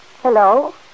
Hello